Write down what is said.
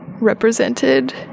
represented